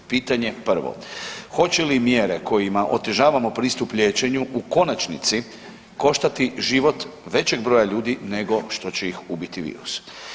Pitanje prvi, hoće li mjere kojima otežavamo pristup liječenju u konačnici koštati život većeg broja ljudi nego što će ih ubiti virus?